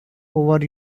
over